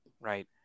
right